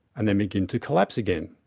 and then begin to collapse again.